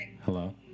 Hello